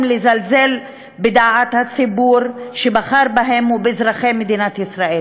לזלזל בדעת הציבור שבחר בהם ובאזרחי מדינת ישראל.